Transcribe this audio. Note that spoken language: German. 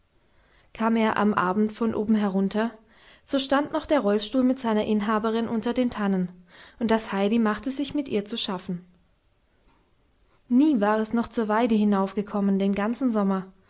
kam er am abend von oben herunter so stand noch der rollstuhl mit seiner inhaberin unter den tannen und das heidi machte sich mit ihr zu schaffen nie war es noch zur weide hinaufgekommen den ganzen sommer